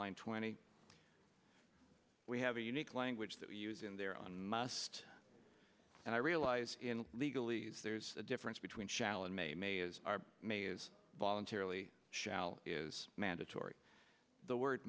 line twenty we have a unique language that we use in there on must and i realize legally there's a difference between shall and may may is are may is voluntarily shall is mandatory the word